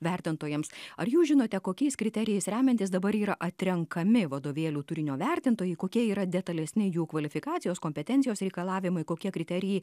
vertintojams ar jūs žinote kokiais kriterijais remiantis dabar yra atrenkami vadovėlių turinio vertintojai kokie yra detalesni jų kvalifikacijos kompetencijos reikalavimai kokie kriterijai